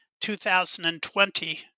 2020